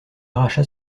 arracha